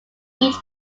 each